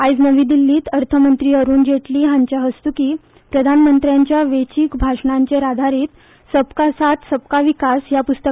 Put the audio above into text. आयज नवी दिल्लीत अर्थमंत्री अरूण जेटली हांच्या हस्तुकी प्रधानमंत्र्यांच्या वेचीक भाशणांचेर अधारीत सबका साथ सबका विकास पुस्तकाचें विमोचन जाले